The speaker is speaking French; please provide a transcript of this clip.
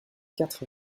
quatre